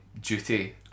duty